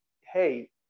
hey